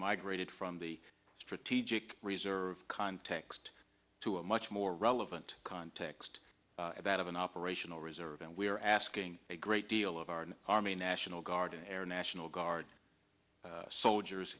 migrated from the strategic reserve context to a much more relevant context that of an operational reserve and we are asking a great deal of our army national guard and air national guard soldiers